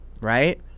right